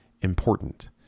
important